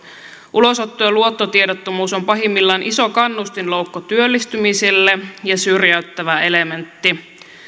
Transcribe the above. ulosotto ja luottotiedottomuus ovat pahimmillaan iso kannustinloukku työllistymiselle ja syrjäyttävä elementti